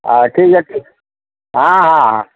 ହଁ ଠିକ୍ ଅଛି ହଁ ହଁ ହଁ